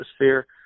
atmosphere